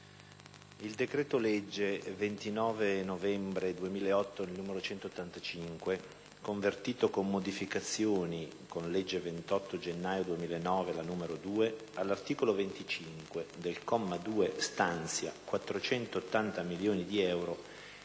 II decreto-legge 29 novembre 2008, n. 185, convertito con modificazioni con legge 28 gennaio 2009, n. 2, all'articolo 25, comma 2, stanzia 480 milioni di euro